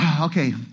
Okay